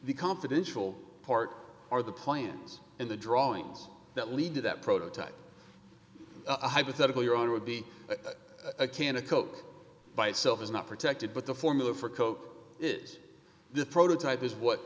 the confidential part or the plans and the drawings that lead to that prototype a hypothetical your own would be a can of coke by itself is not protected but the formula for coke is the prototype is what